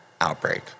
outbreak